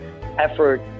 effort